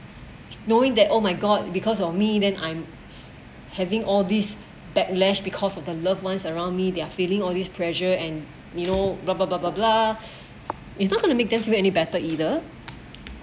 knowing that oh my god because of me then I'm having all these backlash because of their loved ones around me they're feeling all these pressure and you know blah blah blah blah it's not gonna make them feel any better either